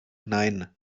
nein